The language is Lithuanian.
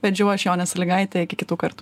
vedžiau aš jonė sąlygaitė iki kitų kartų